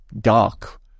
dark